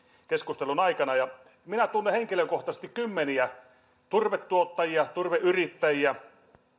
keskustelun aikana minä tunnen henkilökohtaisesti kymmeniä turvetuottajia turveyrittäjiä